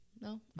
No